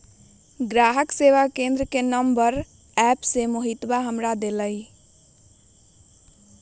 ग्राहक सेवा केंद्र के नंबर एप्प से मोहितवा ने हमरा देल कई